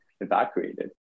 evacuated